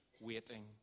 waiting